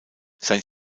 sein